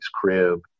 crib